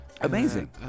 Amazing